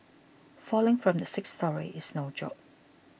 falling from the sixth storey is no joke